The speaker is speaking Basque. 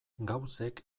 gauzek